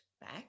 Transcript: back